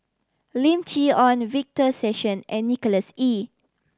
Lim Chee Onn Victor Sassoon and Nicholas Ee